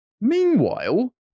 Meanwhile